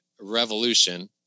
revolution